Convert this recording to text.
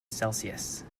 celsius